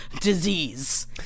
disease